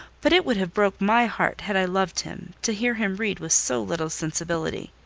but it would have broke my heart, had i loved him, to hear him read with so little sensibility.